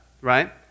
Right